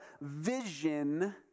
vision